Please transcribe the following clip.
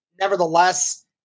Nevertheless